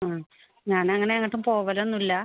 ആ ഞാൻ അങ്ങനെ എങ്ങോട്ടും പോവലൊന്നുമില്ല